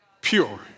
pure